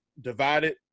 divided